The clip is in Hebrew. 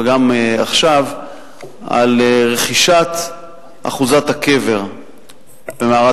וגם עכשיו על רכישת אחוזת הקבר במערת